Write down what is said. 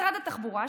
משרד התחבורה,